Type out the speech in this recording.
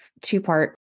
two-part